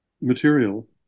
material